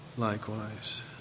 likewise